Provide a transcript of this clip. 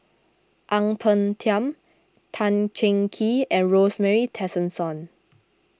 Ang Peng Tiam Tan Cheng Kee and Rosemary Tessensohn